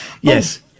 yes